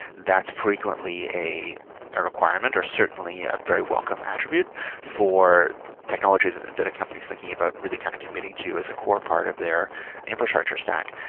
that's frequently a a requirement or certainly ah very welcome attribute for technology that that a company is thinking about really kind of committing to as a core part of their infrastructure stack.